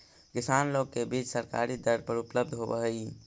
किसान लोग के बीज सरकारी दर पर उपलब्ध होवऽ हई